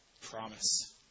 promise